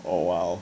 oh !wow!